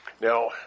Now